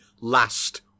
last